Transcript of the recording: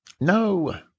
No